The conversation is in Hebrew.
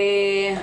תודה.